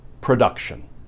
production